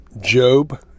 Job